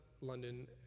London